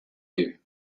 you